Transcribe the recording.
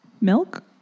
milk